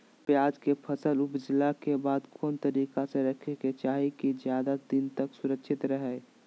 प्याज के फसल ऊपजला के बाद कौन तरीका से रखे के चाही की ज्यादा दिन तक सुरक्षित रहय?